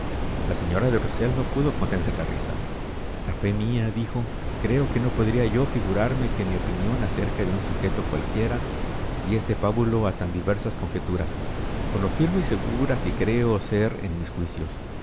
la señora de no pudo contener la risa a fe míadijoque no podría yo figurarme que mi opinión acerca de un sujeto cualquiera diese pábulo a tan diversas conjeturas con lo firme y segura que creo ser en mis juicios